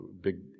big